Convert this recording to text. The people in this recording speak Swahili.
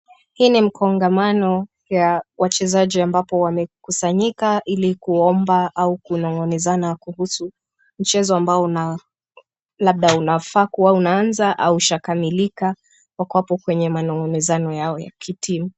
Hii ni mkongamano ya wachezaji ambapo wamekusanyika ili kuomba au kunong'onezana kuhusu mchezo ambao labda unafaa kuwa unaanza au ushakamilika. Wako hapo kwenye manong'ozano yao ya kitimu.